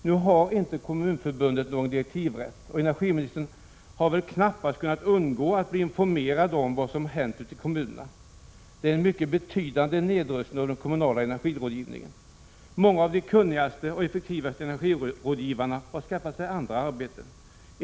Kommunförbundet har inte någon direktivrätt. Energiministern har väl knappast kunnat undgå att bli informerad om vad som har hänt ute i kommunerna: en mycket betydande nedrustning av den kommunala energirådgivningen. Många av de kunnigaste och effektivaste energirådgivarna har skaffat sig andra arbeten.